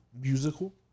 musical